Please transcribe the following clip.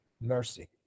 mercy